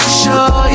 show